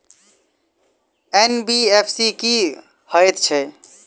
NBFC की हएत छै?